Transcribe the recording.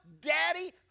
daddy